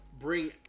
Bring